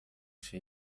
się